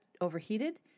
overheated